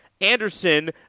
Anderson